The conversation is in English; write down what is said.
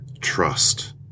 trust